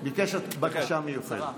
הוא ביקש בקשה מיוחדת.